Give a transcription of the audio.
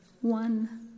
One